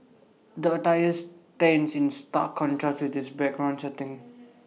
the attires stands in stark contrast with this background setting